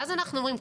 ואז אנחנו אומרים,